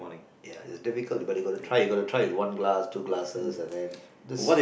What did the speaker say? ya the typical but you got to try got to try one glass two glasses and then this